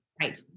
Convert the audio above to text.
right